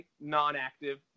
non-active